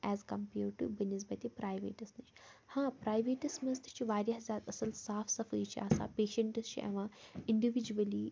as compared to بَہ نِسبَتہِ پرٛایویٹَس نِش ہاں پرٛایویٹَس منٛز تہِ چھِ واریاہ زیادٕ اصٕل صاف صفٲیی چھِ آسان پیشیٚنٛٹَس چھِ یِوان اِنڈِوِجؤلی